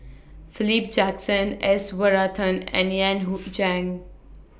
Philip Jackson S Varathan and Yan Hui Chang